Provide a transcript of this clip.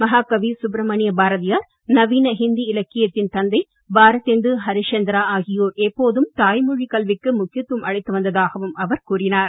மகாகவி சுப்ரமணிய பாரதியார் நவீன இந்தி இலக்கியத்தின் தந்தை பாரதேந்து ஹரிஷ்சந்திரா ஆகியோர் எப்போதும் தாய்மொழிக் கல்விக்கு முக்கியத்துவம் அளித்து வந்ததாகவும் அவர் கூறினார்